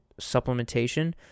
supplementation